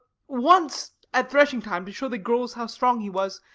once, at threshing-time, to show the girls how strong he was,